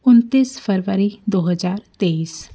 उनतीस फरबरी दो हजार तेईस